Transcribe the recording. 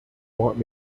want